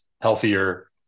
healthier